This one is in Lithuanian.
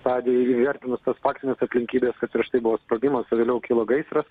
stadiją įvertinus faktines aplinkybes kad prieš tai buvo sprogimas o vėliau kilo gaisras